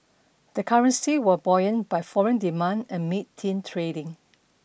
the currency were buoyant by foreign demand amid thin trading